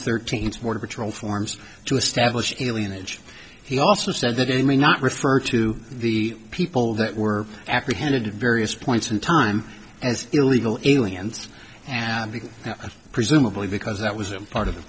thirteen border patrol forms to establish alien age he also said that they may not refer to the people that were apprehended in various points in time as illegal aliens and presumably because that was a part of the